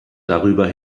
darüber